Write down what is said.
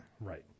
Right